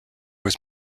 was